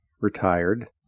retired